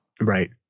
Right